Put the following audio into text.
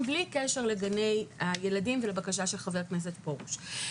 בלי קשר לגני הילדים ולבקשה של חבר הכנסת פרוש.